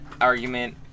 argument